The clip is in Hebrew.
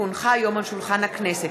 כי הונחו היום על שולחן הכנסת,